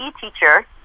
teacher